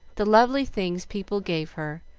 the lovely things people gave her,